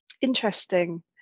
Interesting